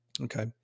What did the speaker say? Okay